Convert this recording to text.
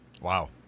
Wow